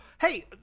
Hey